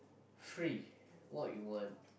free what you want